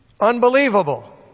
unbelievable